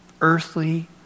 earthly